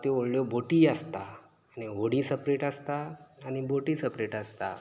त्यो व्हडल्यो बोटी आसता आनी होडी सॅपरेट आसता आनी बोटी सॅपरेट आसता